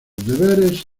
deberes